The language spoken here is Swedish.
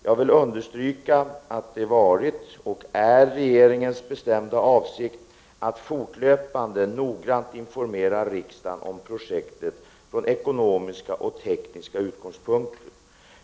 Jag vill understryka att det har varit och är regeringens bestämda avsikt att fortlöpande noggrant informera riksdagen om projektet från ekonomiska och tekniska utgångspunkter.